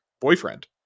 boyfriend